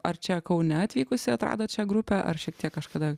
ar čia kaune atvykusi atradot šią grupę ar šiek tiek kažkada